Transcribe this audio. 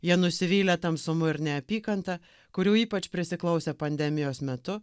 jie nusivylę tamsumu ir neapykanta kurių ypač prisiklausę pandemijos metu